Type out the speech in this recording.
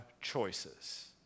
choices